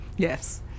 yes